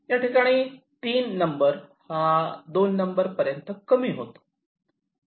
याठिकाणी 3 नंबर हा 2 नंबर पर्यंत कमी होतो